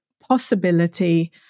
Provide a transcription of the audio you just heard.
possibility